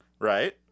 right